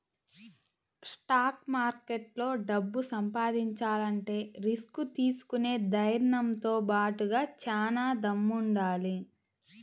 stock మార్కెట్లో డబ్బు సంపాదించాలంటే రిస్క్ తీసుకునే ధైర్నంతో బాటుగా చానా దమ్ముండాలి